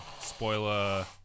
spoiler